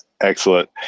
Excellent